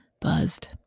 buzzed